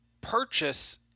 purchase